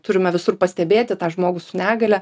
turime visur pastebėti tą žmogų su negalia